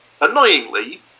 annoyingly